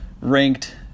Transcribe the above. ranked